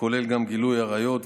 שכוללת גם גילוי עריות.